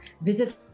visit